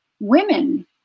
women